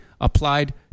applied